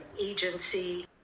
agency